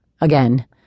again